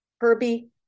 Herbie